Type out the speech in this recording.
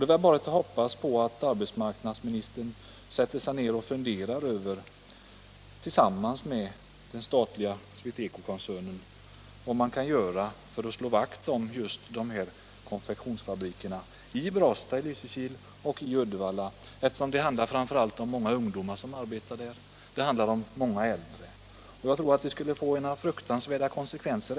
Det är väl bara att hoppas att arbetsmarknadsministern tillsammans med den statliga SweTecokoncernen funderar över vad man skall göra för att slå vakt om dessa konfektionsfabriker i Brastad, Lysekil och Uddevalla. Det handlar framför allt om många ungdomar som arbetar där, men det handlar också om många äldre.